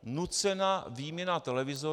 Nucená výměna televizorů.